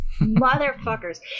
motherfuckers